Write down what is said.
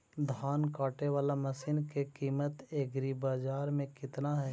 धान काटे बाला मशिन के किमत एग्रीबाजार मे कितना है?